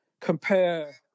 compare